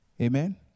Amen